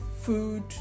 food